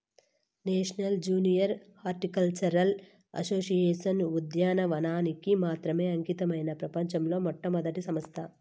national junior horticultural association ఉద్యానవనానికి మాత్రమే అంకితమైన ప్రపంచంలో మొట్టమొదటి సంస్థ